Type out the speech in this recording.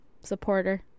supporter